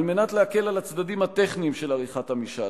על מנת להקל על הצדדים הטכניים של עריכת המשאל